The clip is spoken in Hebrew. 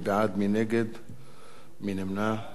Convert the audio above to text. מי בעד, מי נגד, מי נמנע?